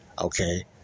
Okay